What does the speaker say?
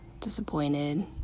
disappointed